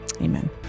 amen